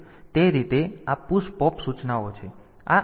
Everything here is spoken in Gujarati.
તેથી તે રીતે આ પુશ પોપ સૂચનાઓ છે